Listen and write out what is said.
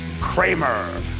Kramer